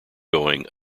going